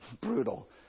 brutal